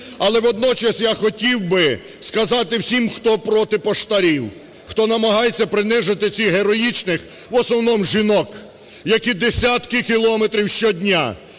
Але водночас я хотів би сказати всім, хто проти поштарів, хто намагається принизити цих героїчних, в основному, жінок, які десятки кілометрів щодня